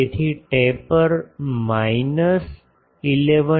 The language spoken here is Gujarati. તેથી ટેપર માઈનસ 11